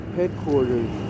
headquarters